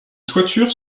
toitures